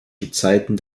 gezeiten